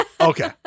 Okay